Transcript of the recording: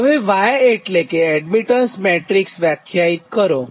હવે y એટલે કે એડમીટન્સ મેટ્રીક્સ વ્યાખ્યાયિત કરો